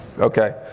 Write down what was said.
Okay